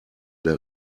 der